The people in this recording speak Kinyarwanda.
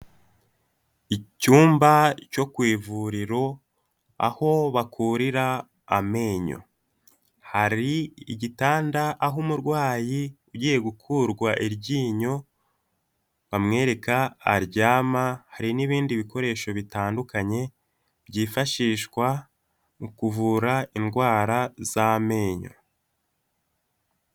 Icyumba cyo ku ivuriro aho bakurira amenyo. Hari igitanda aho umurwayi ugiye gukurwa iryinyo bamwereka aryama, hari n'ibindi bikoresho bitandukanye byifashishwa mu kuvura indwara z'amenyo.